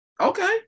Okay